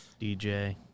DJ